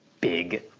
big